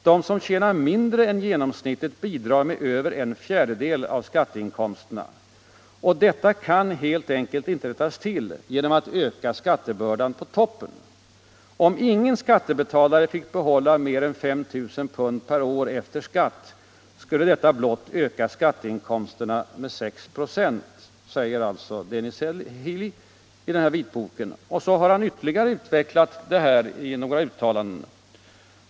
De som tjänar mindre än genomsnittet bidrar med över en fjärdedel av skatteinkomsterna, och detta kan man helt enkelt inte rätta till genom att öka skattebördan på toppen.” Om ingen skattebetalare fick behålla mer än 5 000 pund per år efter skatt skulle detta blott öka skatteinkomsterna med 6 96, säger Dennis Healy i den här vitboken. Han har ytterligare utvecklat detta i några uttalanden.